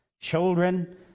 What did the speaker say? children